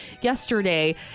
yesterday